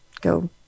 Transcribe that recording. go